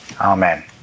Amen